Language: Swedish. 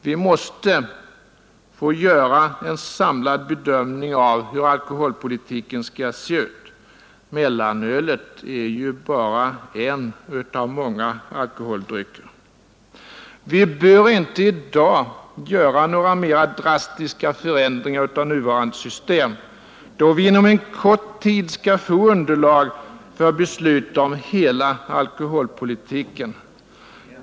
Vi måste få göra en samlad bedömning av hur alkoholpolitiken skall se ut. Mellanölet är ju bara en av många alkoholdrycker. Vi bör inte i dag göra några mera drastiska förändringar av nuvarande system, då vi inom en kort tid skall få underlag för beslut om hela alkoholpolitiken.